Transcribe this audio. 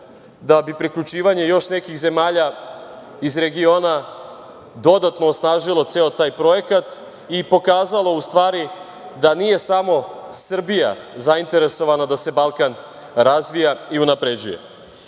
da bi priključivanje još nekih zemalja iz regiona dodatno osnažilo ceo taj projekat i pokazalo, u stvari da nije samo Srbija zainteresovana da se Balkan razvija i unapređuje. Što